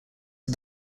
are